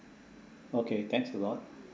okay thanks a lot